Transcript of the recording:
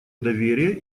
доверие